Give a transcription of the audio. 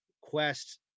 quest